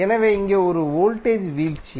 எனவே இங்கே இது ஒரு வோல்டேஜ் வீழ்ச்சி